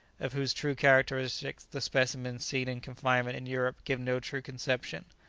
of whose true characteristics the specimens seen in confinement in europe give no true conception.